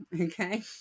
okay